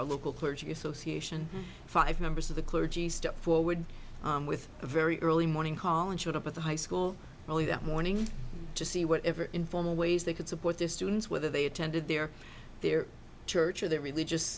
association five members of the clergy step forward with a very early morning call and showed up at the high school early that morning to see whatever informal ways they could support their students whether they attended their their church of their religious